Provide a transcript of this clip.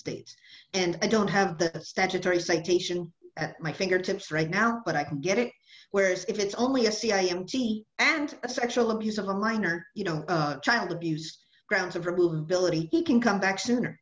states and i don't have the statutory citation at my fingertips right now but i can get it whereas if it's only a c i m d and a sexual abuse of a minor you know child abuse grounds of probability he can come back sooner